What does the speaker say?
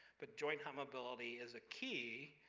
but joint hypermobility is a key,